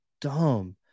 dumb